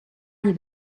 gli